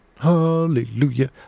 hallelujah